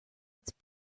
its